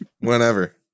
whenever